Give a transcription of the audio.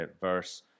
verse